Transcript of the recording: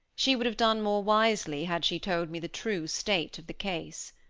she would have done more wisely had she told me the true state of the case.